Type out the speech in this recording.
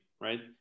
right